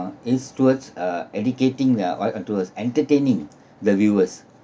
it's towards uh educating the !oi! uh towards entertaining the viewers